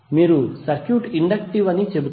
మీరు circuit inductive అని చెబుతారు